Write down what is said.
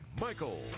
Michael